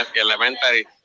elementary